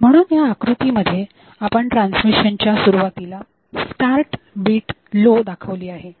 म्हणून ह्या आकृतीमध्ये आपण ट्रान्समिशनच्या सुरुवातीला स्टार्ट बीट लो दाखवली आहे